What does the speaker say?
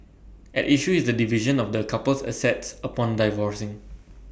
at issue is the division of the couple's assets upon divorcing